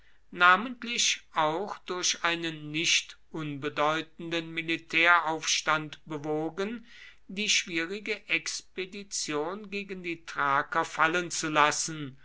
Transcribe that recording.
namentlich auch durch einen nicht unbedeutenden militäraufstand bewogen die schwierige expedition gegen die thraker fallen zu lassen